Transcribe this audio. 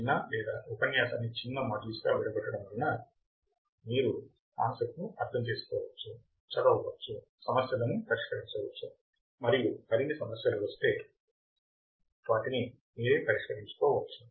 చిన్న లేదా ఉపన్యాసాన్ని చిన్న మాడ్యూల్స్గావిడగొట్టడం వలన మీరు భావన ను అర్థం చేసుకోవచ్చు చదవవచ్చు సమస్యలను పరిష్కరించవచ్చు మరియు మరిన్ని సమస్యలు వస్తే మరియు మీరే వాటిని పరిష్కరించుకోవచ్చు